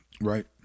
Right